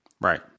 Right